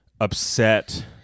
upset